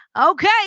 Okay